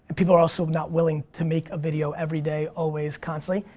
people are are so not willing to make a video everyday always constantly.